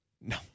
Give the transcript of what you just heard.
No